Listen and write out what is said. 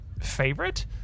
Favorite